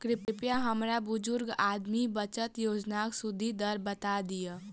कृपया हमरा बुजुर्ग आदमी बचत योजनाक सुदि दर बता दियऽ